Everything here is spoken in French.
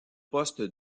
poste